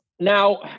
Now